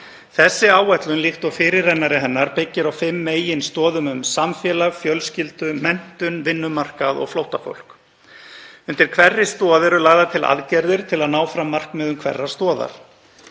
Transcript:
Þessi áætlun, líkt og fyrirrennari hennar, byggir á fimm meginstoðum um samfélag, fjölskyldu, menntun, vinnumarkað og flóttafólk. Undir hverri stoð eru lagðar til aðgerðir til að ná fram markmiðum hverrar stoðar.